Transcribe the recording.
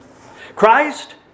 Christ